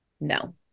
no